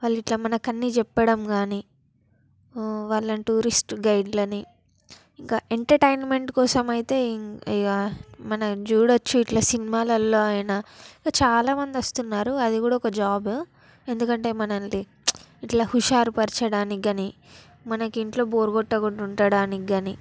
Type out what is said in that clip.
వాళ్ళు ఇట్లా మనకు అన్నీ చేప్పడం కానీ వాళ్ళని టూరిస్ట్ గైడులని ఇంకా ఎంటర్టైన్మెంట్ కోసం అయితే ఇక మనం చూడవచ్చు ఇట్లా సినిమాలల్లో అయినా ఇలా చాలా మంది వస్తున్నారు అది కూడా ఒక జాబు ఎందుకంటే మనలని ఇట్లా హుషారు పరచడానికి కానీ మనకి ఇంట్లో బోర్ కొట్టకుండా ఉండటానికి కానీ